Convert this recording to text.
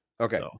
Okay